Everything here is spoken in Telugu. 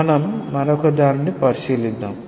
మనం మరొక దానిని పరిశీలిద్దాం